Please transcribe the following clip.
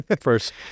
first